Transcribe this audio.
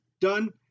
Done